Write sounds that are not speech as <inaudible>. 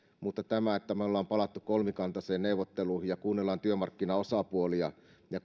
me olemme palanneet kolmikantaisiin neuvotteluihin ja kuuntelemme työmarkkinaosapuolia ja <unintelligible>